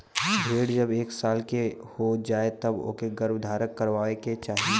भेड़ जब एक साल के हो जाए तब ओके गर्भधारण करवाए के चाही